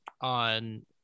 on